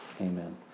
Amen